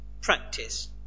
practice